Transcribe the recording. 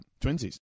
twinsies